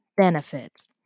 benefits